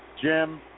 Jim